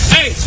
Hey